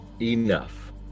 enough